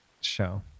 show